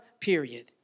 period